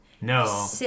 No